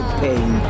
pain